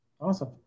Awesome